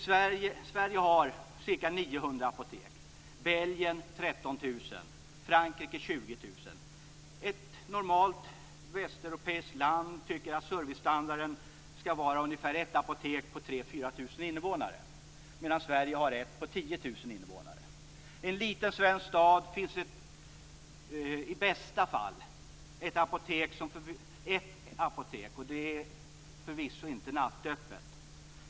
Sverige har ca 900 apotek, Belgien 13 000 och Frankrike 20 000. Ett normalt västeuropeiskt land tycker att servicestandarden skall vara ett apotek på 10 000 invånare. I en liten svensk stad finns i bästa fall ett apotek, och det är förvisso inte nattöppet.